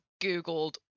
Googled